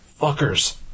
Fuckers